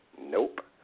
nope